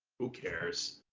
who cares?